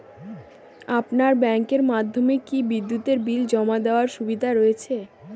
আপনার ব্যাংকের মাধ্যমে কি বিদ্যুতের বিল জমা দেওয়ার সুবিধা রয়েছে?